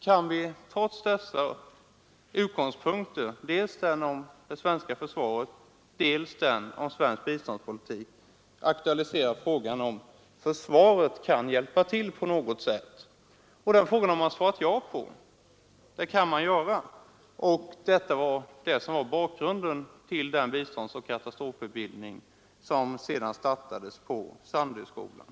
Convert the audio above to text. Kan vi trots dessa utgångspunkter — dels i fråga om det svenska försvaret, dels i fråga om svensk biståndspolitik — aktualiserat frågan huruvida försvaret på något sätt kan hjälpa till? På denna fråga har man svarat ja. Det var detta som var bakgrunden till den biståndsoch katastrofutbildning som sedan startades på Sandöskolan.